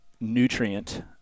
nutrient